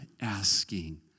asking